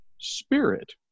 spirit